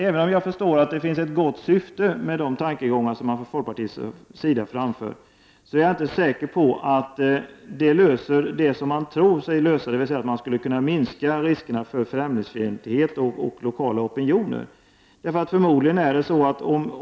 Även om jag förstår att det finns ett gott syfte med de tankegångar folkpartiet framför, är jag inte säker på att dessa tankegångar löser de problem man i folkpartiet tror sig lösa, dvs. att det skulle leda till en minskning av riskerna för främlingsfientlighet och lokala opinioner.